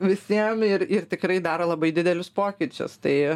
visiem ir ir tikrai daro labai didelius pokyčius tai